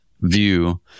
view